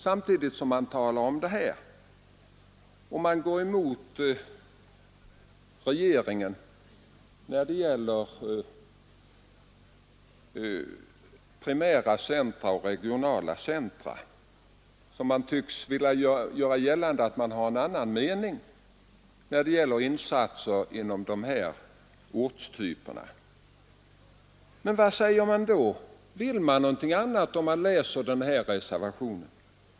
Samtidigt som man gör sådana här uttalanden tycks man vilja hävda att man går emot regeringen när det gäller primära centra och regionala centra och vill göra andra insatser i fråga om dessa ortstyper. Men framgår det av reservationen att man vill någonting annat?